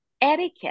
etiquette